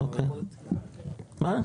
לא,